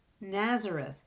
Nazareth